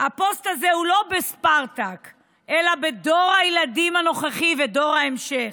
הפוסט הוא לא בספרטק אלא בדור הילדים הנוכחי ובדור ההמשך.